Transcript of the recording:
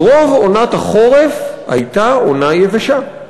אבל רוב עונת החורף הייתה עונה יבשה.